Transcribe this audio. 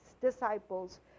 disciples